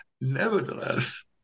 Nevertheless